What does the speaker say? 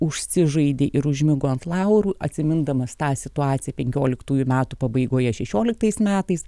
užsižaidė ir užmigo ant laurų atsimindamas tą situaciją penkioliktųjų metų pabaigoje šešioliktais metais